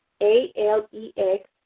A-L-E-X